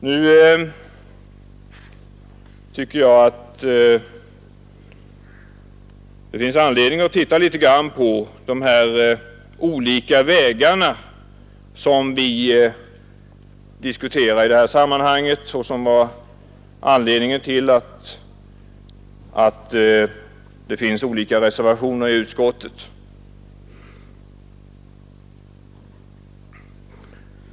Jag tycker att det finns anledning att litet grand undersöka de olika vägar som vi i detta sammanhang diskuterar och som medfört att det avgivits olika reservationer i utskottet.